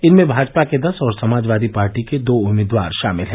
इनमें भाजपा के दस और समाजवादी पार्टी के दो उम्मीदवार शामिल हैं